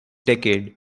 decade